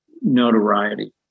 notoriety